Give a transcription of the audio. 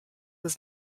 was